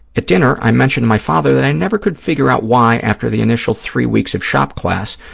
at dinner, i mentioned to my father that i never could figure out why, after the initial three weeks of shop class,